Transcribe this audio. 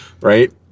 right